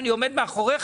אני עומד מאחוריך,